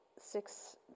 six